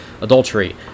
adultery